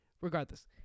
regardless